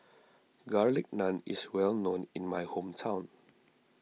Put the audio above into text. Garlic Naan is well known in my hometown